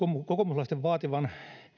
kokoomuslaisten vaativan